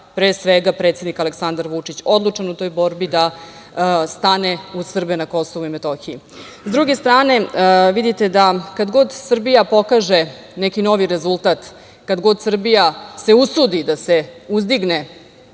pre svega, predsednik Aleksandar Vučić, odlučan u toj borbi da stane uz Srbe na Kosovu i Metohiji.S druge strane, vidite kada god Srbija pokaže neki novi rezultat, kad god se Srbija usudi da se uzdigne